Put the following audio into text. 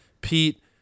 Pete